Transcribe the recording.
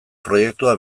proiektua